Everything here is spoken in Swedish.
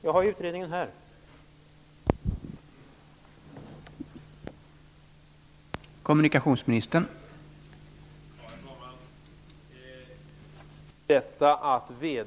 Jag har utredningen om detta här i min hand.